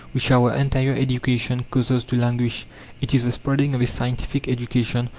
which our entire education causes to languish it is the spreading of a scientific education,